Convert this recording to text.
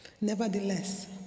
nevertheless